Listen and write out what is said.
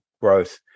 growth